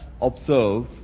observe